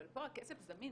אבל פה הכסף זמין.